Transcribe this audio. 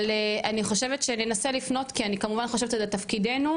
אבל אני חושבת שננסה לפנות כי אני כמובן חושבת שזה תפקידנו,